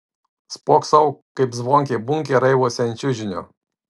spoksau kaip zvonkė bunkė raivosi ant čiužinio